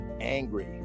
angry